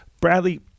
Bradley